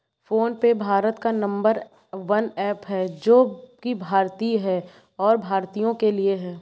phone पे भारत का number one app है जो की भारतीय है और भारतीयों के लिए है